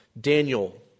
Daniel